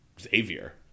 xavier